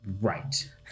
Right